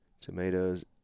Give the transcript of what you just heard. Tomatoes